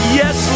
yes